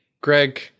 Greg